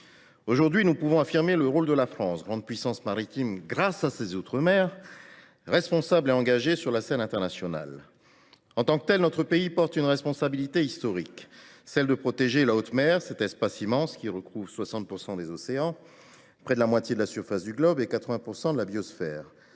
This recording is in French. Aujourd’hui, nous pouvons affirmer le rôle de la France, grande puissance maritime grâce à ses outre mer, responsable et engagée sur la scène internationale. En tant que tel, notre pays porte une responsabilité historique : celle de protéger la haute mer, cet espace immense qui recouvre 60 % des océans, près de la moitié de la surface du globe et 80 % de la biosphère.